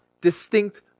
distinct